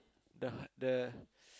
the h~ the